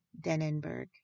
Denenberg